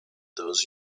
those